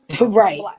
right